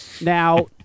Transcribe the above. Now